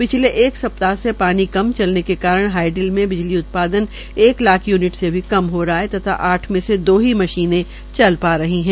पिछले एक सप्ताह से पानी कम चलने के कारण हाइडिल में बिजली का उत्पादन एक लाख यूनिट से भी कम हो रहा है तथा आठ मे से दो ही मशीने चल रही है